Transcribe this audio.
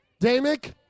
Damick